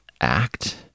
act